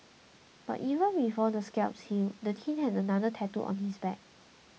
but even before the scabs healed the teen had another tattooed on his back